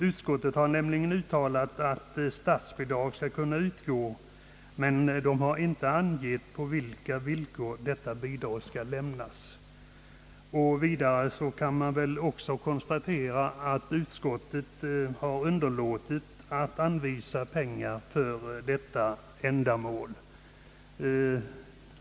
Utskottet har nämligen sagt, att statsbidrag skall kunna utgå, men inte angett på vilka villkor bidraget skall lämnas. Vidare kan konstateras att utskottet har underlåtit att anvisa pengar för detta ändamål.